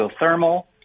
geothermal